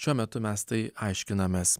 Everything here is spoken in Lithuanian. šiuo metu mes tai aiškinamės